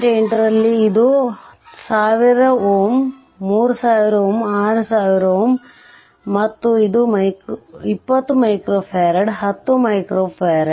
8ರಲ್ಲಿ ಇದು 1000 3000 6000 ಮತ್ತು ಇದು 20 F ಇದು 10 F